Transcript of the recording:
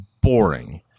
boring